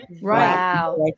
Right